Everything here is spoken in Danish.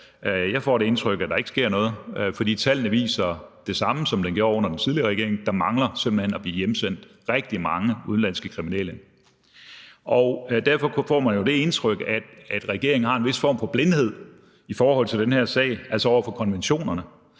Jeg får det indtryk, at der ikke sker noget, fordi tallene viser det samme, som de gjorde under den tidligere regering. Der mangler simpelt hen at blive hjemsendt rigtig mange udenlandske kriminelle, og derfor får man jo det indtryk, at regeringen har en vis form for blindhed i forhold til den her sag, altså over for konventionerne.